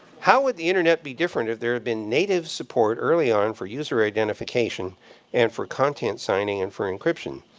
how would the internet be different if there had been native support early on for user identification and for content signing and for encryption?